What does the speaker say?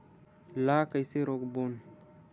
ला कइसे रोक बोन?